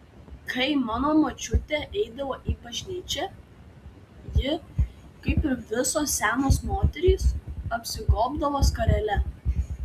kai mano močiutė eidavo į bažnyčią ji kaip ir visos senos moterys apsigobdavo skarele